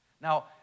Now